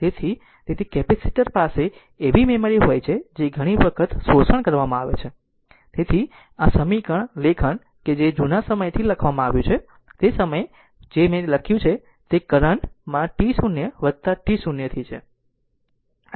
તેથી તેથી કેપેસિટર પાસે એવી મેમરી હોય છે જે ઘણી વખત શોષણ કરવામાં આવે છે તેથી જ આ સમીકરણ લેખન કે જે જુના સમયથી લખવામાં આવ્યું છે તે સમયે મેં તેથી જે લખ્યું છે તે કરંટ માં t0 t0 થી છે